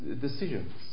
decisions